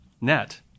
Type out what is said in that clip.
net